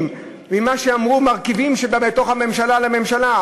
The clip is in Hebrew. ממה שאמרו מרכיבים שבתוך הממשלה לממשלה.